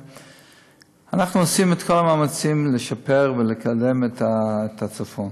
אנחנו עושים את כל המאמצים לשפר ולקדם את הצפון,